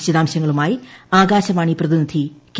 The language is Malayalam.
വിശദാംശങ്ങളുമായി ആകാശവാണി പ്രതിനിധി കെ